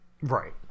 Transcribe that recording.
right